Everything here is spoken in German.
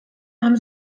haben